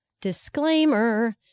Disclaimer